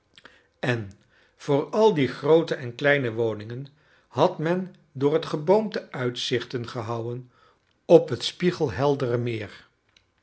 en voor al die groote en kleine woningen had men door het geboomte uitzichten gehouwen op het spiegelheldere meer